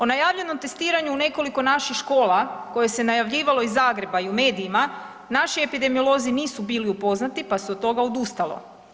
O najavljenom testiranju u nekoliko naših škola koje se najavljivalo iz Zagreba i u medijima, naši epidemiolozi nisu bili upoznati pa se od toga odustalo.